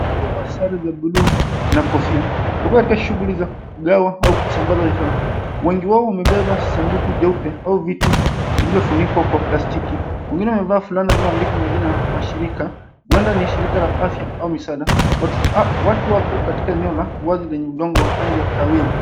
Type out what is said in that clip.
Watu waliovaa sare za blue na kahawia. Wako katika shughuli za kugawa au kusambaza vifaa. Wengi wao wamebeba sanduku jeupe au viti vilivyofunikwa kwa plastiki. Wengine wamevaa fulana zilizoandikwa majina ya mashirika. Huenda ni shirika la afya au misaada. Watu wako katika eneo la uwazi lenye udongo wa rangi ya kahawia.